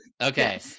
Okay